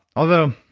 although,